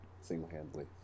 single-handedly